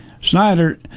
Snyder